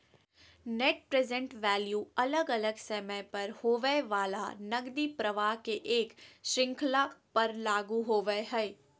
net present value अलग अलग समय पर होवय वला नकदी प्रवाह के एक श्रृंखला पर लागू होवय हई